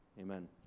Amen